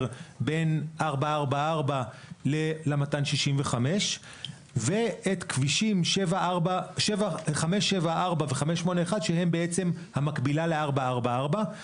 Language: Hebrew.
בין 444 ל-265 ואת כבישים 574 ו-581 שהם בעצם המקבילה ל-444.